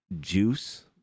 juice